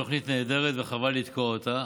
תוכנית נהדרת וחבל לתקוע אותה,